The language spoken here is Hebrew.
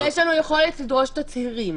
יש לנו יכולת לדרוש תצהירים.